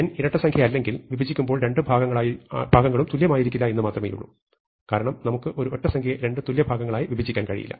n ഇരട്ട സംഖ്യയല്ലെങ്കിൽ വിഭജിക്കുമ്പോൾ രണ്ടു ഭാഗങ്ങളും തുല്യമായിരിക്കില്ല എന്ന് മാത്രമേയുള്ളൂ കാരണം നമുക്ക് ഒരു ഒറ്റ സംഖ്യയെ രണ്ട് തുല്യ ഭാഗങ്ങളായി വിഭജിക്കാൻ കഴിയില്ല